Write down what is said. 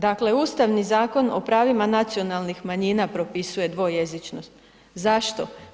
Dakle, Ustavni zakon o pravima nacionalnih manjina propisuje dvojezičnost, zašto?